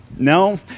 No